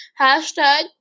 hashtag